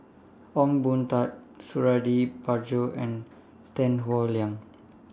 Ong Boon Tat Suradi Parjo and Tan Howe Liang